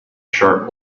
sharp